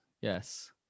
Yes